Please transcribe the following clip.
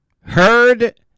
heard